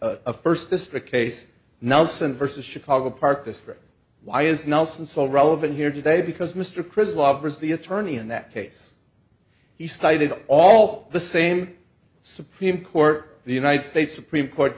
a first district case nelson versus chicago park district why is nelson so relevant here today because mr crist lovers the attorney in that case he cited all the same supreme court the united states supreme court